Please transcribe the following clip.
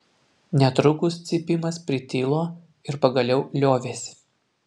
netrukus cypimas pritilo ir pagaliau liovėsi